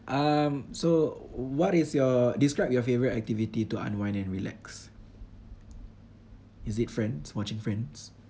um so what is your describe your favourite activity to unwind and relax is it friends watching friends